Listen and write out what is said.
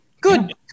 Good